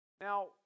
Now